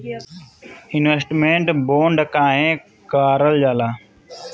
Investment bond काहे कारल जाला?